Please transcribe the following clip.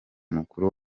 mukuru